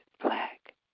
black